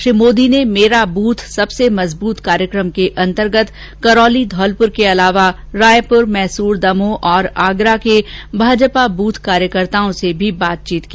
श्री मोदी ने मेरा ब्रथ सबसे मजबूत कार्यक्रम के अंतर्गत करौली धौलपुर के अलावा रायपुर मैसूर दमोह और आगरा के भाजपा बूथ कार्यकर्ताओं से भी बातचीत की